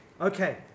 Okay